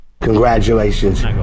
Congratulations